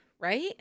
Right